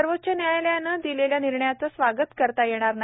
सर्वोच्च न्यायालयानं दिलेल्या निर्णयाचे स्वागत करता येणार नाही